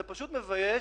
זה פשוט מבייש